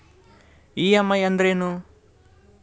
EMI ಅಂದ್ರೇನು?